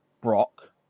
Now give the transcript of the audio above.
Brock